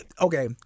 Okay